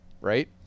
right